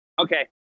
Okay